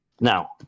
Now